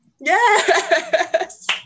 Yes